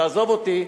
תעזוב אותי.